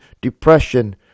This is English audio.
depression